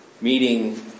meeting